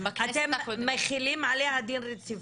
אתם מחילים עליה דין רציפות.